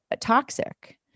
toxic